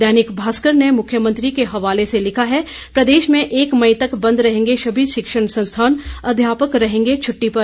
दैनिक भास्कर ने मुख्यमंत्री के हवाले से लिखा है प्रदेश में एक मई तक बंद रहेंगे सभी शिक्षण संस्थान अध्यापक रहेंगे छटटी पर